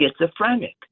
schizophrenic